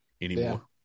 anymore